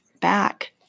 back